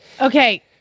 Okay